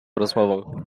rozmową